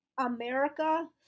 America